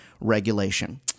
regulation